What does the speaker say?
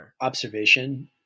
observation